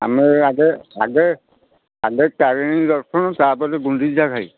ଆମେ ଏଇ ଆଗେ ଆଗେ ଆଗେ ତାରିଣୀ ଦର୍ଶନ ତାପରେ ଗୁଣ୍ଡିଚାଘାଇ